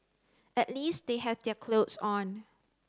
at least they have their clothes on